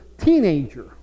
teenager